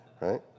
Right